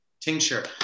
tincture